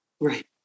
Right